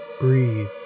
breathe